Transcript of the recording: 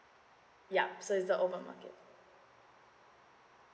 yup so is the open market